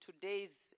today's